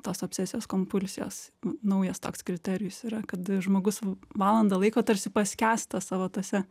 tos obsesijos kompulsijos naujas toks kriterijus yra kad žmogus valandą laiko tarsi paskęsta savo tose